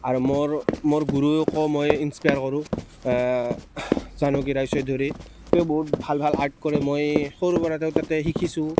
আৰু মোৰ মোৰ গুৰুও কওঁ মই ইন্স্পায়াৰ কৰোঁ জানকী ৰায়চৌধুৰী তেওঁ বহুত ভাল ভাল আৰ্ট কৰে মই সৰুৰে পৰা তেওঁৰ তাতে শিকিছোঁ